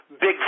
big